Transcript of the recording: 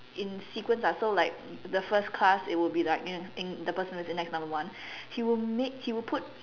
in sequence ah so like the first class it would be like you know in the person with index number one he would make he would put